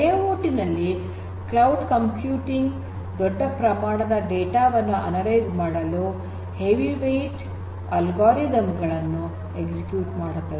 IIoT ನಲ್ಲಿ cloud computing ದೊಡ್ಡ ಪ್ರಮಾಣದ ಡೇಟಾ ವನ್ನು ಅನಲೈಜ್ ಮಾಡಲು ಹೆವಿ ವೆಯಿಟ್ ಅಲ್ಗೊರಿದಮ್ ಗಳನ್ನು ಎಕ್ಸಿಕ್ಯೂಟ್ ಮಾಡುತ್ತದೆ